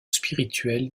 spirituel